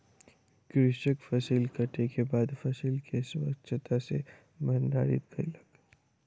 कृषक फसिल कटै के बाद फसिल के स्वच्छता सॅ भंडारित कयलक